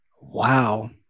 wow